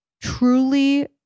truly